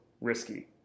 risky